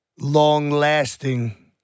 Long-lasting